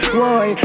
boy